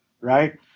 right